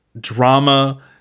drama